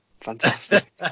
Fantastic